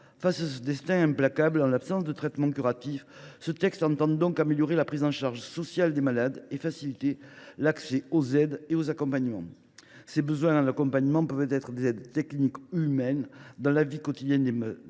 Face à ce destin implacable, en l’absence de traitement curatif, ce texte vise donc à améliorer la prise en charge sociale des malades et à faciliter l’accès aux aides et aux accompagnements. Ces besoins en accompagnement peuvent être des aides techniques ou humaines puisque six à sept intervenants